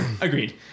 Agreed